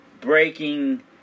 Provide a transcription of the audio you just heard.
breaking